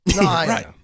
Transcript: Right